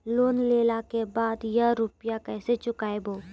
Loan लेला के बाद या रुपिया केसे चुकायाबो?